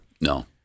No